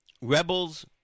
rebels